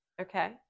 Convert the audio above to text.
Okay